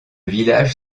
village